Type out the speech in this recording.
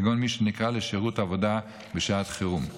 כגון מי שנקרא לשירות עבודה בשעת חירום.